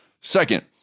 Second